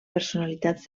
personalitats